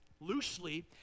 loosely